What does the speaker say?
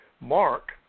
Mark